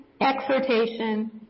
exhortation